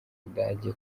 budage